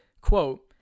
Quote